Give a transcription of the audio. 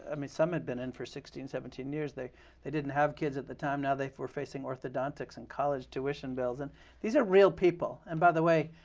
i mean, some had been in for sixteen, seventeen years. they they didn't have kids at the time. now they were facing orthodontics and college tuition bills, and these are real people. and by the way,